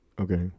okay